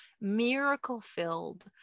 miracle-filled